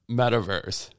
metaverse